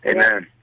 Amen